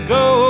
go